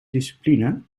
discipline